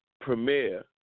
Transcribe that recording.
Premiere